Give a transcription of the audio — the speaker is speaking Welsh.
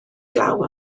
glaw